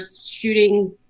shooting